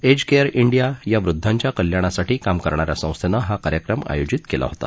age care India या वृद्धांच्या कल्याणासाठी काम करणा या संस्थेनं हा कार्यक्रम आयोजित केला होता